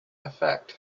effect